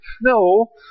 no